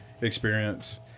experience